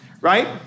Right